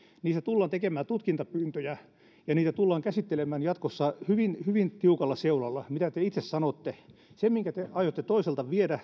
niistä tullaan tekemään tutkintapyyntöjä ja jatkossa tullaan käsittelemään hyvin hyvin tiukalla seulalla sitä mitä te itse sanotte sitä minkä te aiotte toiselta viedä